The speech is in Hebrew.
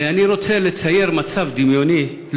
ואני רוצה לצייר מצב דמיוני,